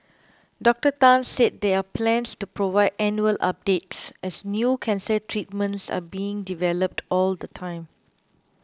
Doctor Tan said there are plans to provide annual updates as new cancer treatments are being developed all the time